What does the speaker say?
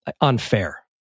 unfair